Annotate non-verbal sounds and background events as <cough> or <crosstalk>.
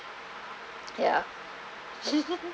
ya <laughs>